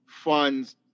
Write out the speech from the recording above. funds